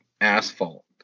asphalt